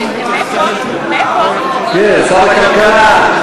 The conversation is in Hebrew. הוא רק שר הכלכלה,